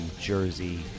Jersey